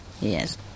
yes